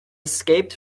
escaped